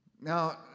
now